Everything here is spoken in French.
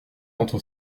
entre